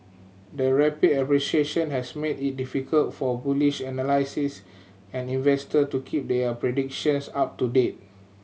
the rapid appreciation has made it difficult for bullish analysts and investor to keep their predictions up to date